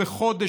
בחודש,